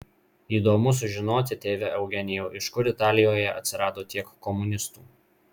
įdomu sužinoti tėve eugenijau iš kur italijoje atsirado tiek komunistų